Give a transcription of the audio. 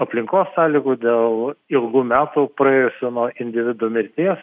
aplinkos sąlygų dėl ilgų metų praėjusių nuo individų mirties